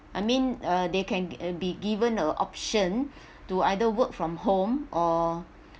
I mean uh they can be given the option to either work from home or